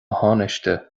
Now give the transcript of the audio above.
thánaiste